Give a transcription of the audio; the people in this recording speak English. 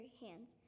hands